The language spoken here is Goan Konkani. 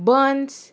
बांस